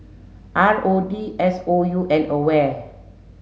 R O D S O U and AWARE